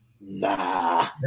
nah